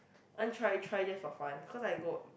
I want try try just for fun cause I got